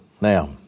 Now